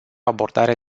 abordare